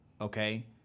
okay